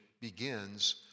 begins